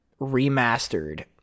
remastered